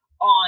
on